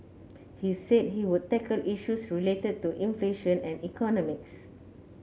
he said he would tackle issues related to inflation and economics